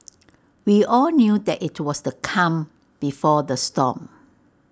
we all knew that IT was the calm before the storm